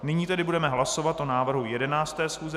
Nyní tedy budeme hlasovat o návrhu 11. schůze